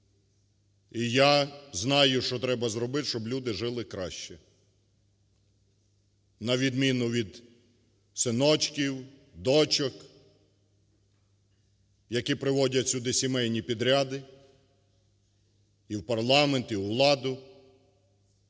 І я знаю, що треба зробити, щоб люди жили краще, на відміну від синочків, дочок, які приводять сюди сімейні підряди, і в парламент, і у владу,